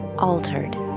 altered